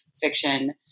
fiction